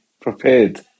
prepared